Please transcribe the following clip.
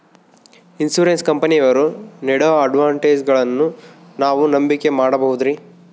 Insurance ಕಂಪನಿಯವರು ನೇಡೋ ಅಡ್ವರ್ಟೈಸ್ಮೆಂಟ್ಗಳನ್ನು ನಾವು ನಂಬಿಕೆ ಮಾಡಬಹುದ್ರಿ?